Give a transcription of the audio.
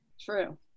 True